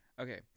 okay